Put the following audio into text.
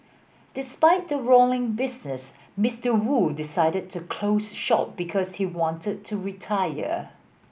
despite the roaring business Mister Wu decided to close shop because he wanted to retire